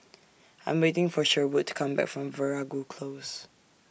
I'm waiting For Sherwood to Come Back from Veeragoo Close